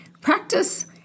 Practice